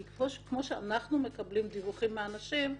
כי כמו שאנחנו מקבלים דיווחים מאנשים,